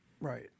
Right